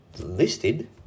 listed